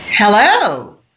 Hello